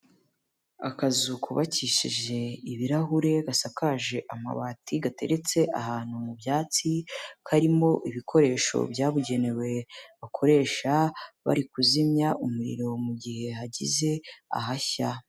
Akazu kubakishije ibirahuri, gasakaje amabati, gateretse ahantu mu byatsi, karimo ibikoresho byabugenewe bakoresha bari kuzimya umuriro mu gihe hagize ahashya.